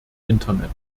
internet